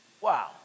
Wow